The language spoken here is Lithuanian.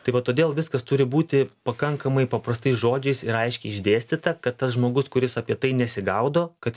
tai va todėl viskas turi būti pakankamai paprastais žodžiais ir aiškiai išdėstyta kad tas žmogus kuris apie tai nesigaudo kad